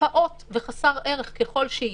פעוט וחסר ערך ככל שיהיה,